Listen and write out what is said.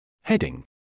Heading